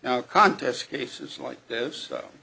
now contests cases like this